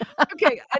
Okay